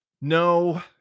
No